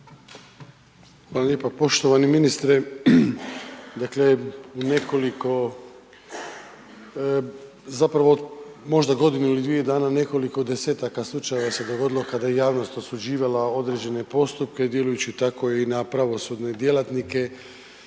Hvala lijepa. Poštovani ministre, dakle u nekoliko, zapravo od možda godinu ili dvije dana nekoliko desetaka slučajeva se dogodilo k ada je javnost osuđivala određene postupke djelujući tako i na pravosudne djelatnike,